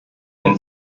ein